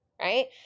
right